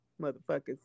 motherfuckers